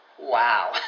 wow